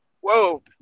Whoa